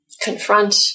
confront